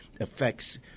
affects